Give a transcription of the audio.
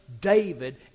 David